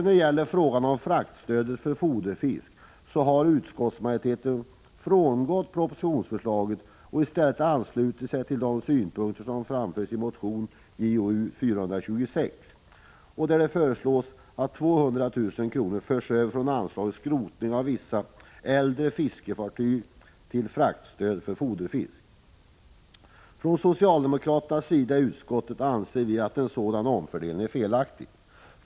När det gäller fraktstödet för foderfisk har utskottsmajoriteten frångått propositionsförslaget och i stället anslutit sig till de synpunkter som framförs i motion Jo426. Där föreslås att 200 000 kr. förs över från anslaget till skrotning av vissa äldre fiskefartyg till fraktstöd för foderfisk. Vi socialdemokrater i utskottet anser att en sådan omfördelning är felaktig.